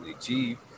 cheap